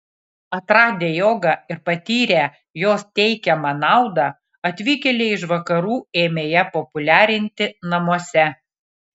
atradę jogą ir patyrę jos teikiamą naudą atvykėliai iš vakarų ėmė ją populiarinti namuose